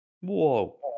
Whoa